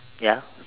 ya